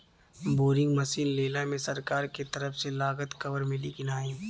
Boring machine लेला मे सरकार के तरफ से लागत कवर मिली की नाही?